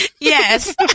yes